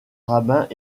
rabbins